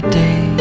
day